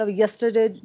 yesterday